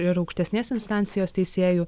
ir aukštesnės instancijos teisėjų